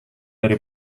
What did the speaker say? dari